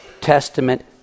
Testament